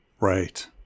Right